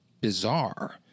bizarre